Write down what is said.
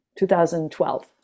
2012